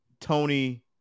Tony